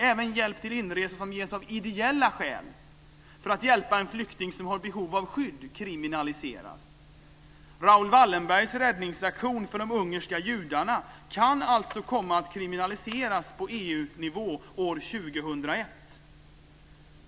Även hjälp till inresa som ges av ideella skäl - för att hjälpa en flykting som har behov av skydd - kriminaliseras. Raoul Wallenbergs räddningsaktion för de ungerska judarna kan alltså komma att kriminaliseras på EU-nivå år 2001. Detta sker med Sveriges regerings och dagens utskottsmajoritets goda minne, om jag förstår det hela rätt.